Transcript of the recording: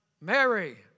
Mary